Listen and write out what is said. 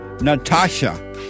Natasha